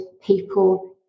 people